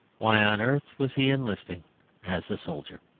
why on earth was he enlisting as a soldier?